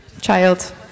child